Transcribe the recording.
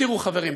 תראו, חברים,